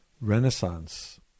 renaissance